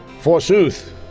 forsooth